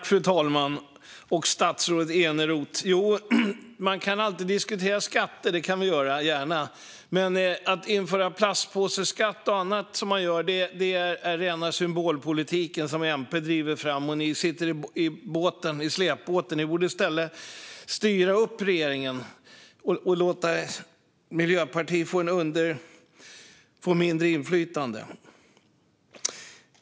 Fru talman! Man kan alltid diskutera skatter - det kan vi gärna göra. Men att införa plastpåseskatt och annat är ren symbolpolitik som MP driver fram medan ni sitter i släpbåten. Ni borde i stället styra upp regeringen och låta Miljöpartiet få mindre inflytande.